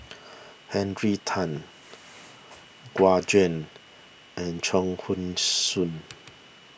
Henry Tan Gu Juan and Chuang Hui Tsuan